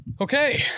Okay